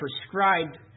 prescribed